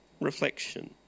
reflection